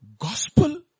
Gospel